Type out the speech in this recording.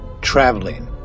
traveling